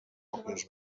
còpies